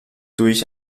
durch